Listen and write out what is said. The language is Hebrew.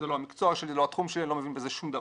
זה לא המקצוע שלי ואני לא מבין בזה שום דבר,